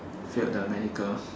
failed the medical